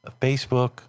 Facebook